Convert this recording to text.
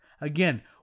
Again